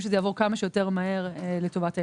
שזה יעבור כמה שיותר מהר לטובת הילדים.